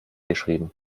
geschrieben